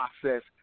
process